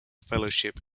fellowship